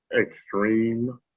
extreme